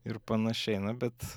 ir panašiai na bet